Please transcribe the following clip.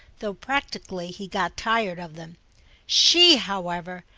though practically he got tired of them she, however,